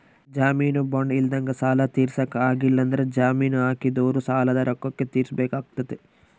ಜಾಮೀನು ಬಾಂಡ್ ಇದ್ದಂಗ ಸಾಲ ತೀರ್ಸಕ ಆಗ್ಲಿಲ್ಲಂದ್ರ ಜಾಮೀನು ಹಾಕಿದೊರು ಸಾಲದ ರೊಕ್ಕ ತೀರ್ಸಬೆಕಾತತೆ